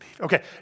okay